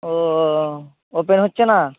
ও open হচ্ছে না